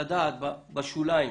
לדעת בשוליים